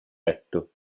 letto